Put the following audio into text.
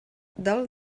del